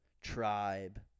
tribe